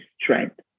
strength